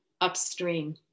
upstream